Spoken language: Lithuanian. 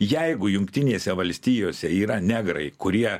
jeigu jungtinėse valstijose yra negrai kurie